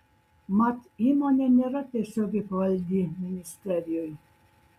mat įmonė nėra tiesiogiai pavaldi ministerijai